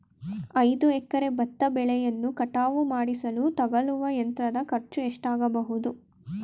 ಐದು ಎಕರೆ ಭತ್ತ ಬೆಳೆಯನ್ನು ಕಟಾವು ಮಾಡಿಸಲು ತಗಲುವ ಯಂತ್ರದ ಖರ್ಚು ಎಷ್ಟಾಗಬಹುದು?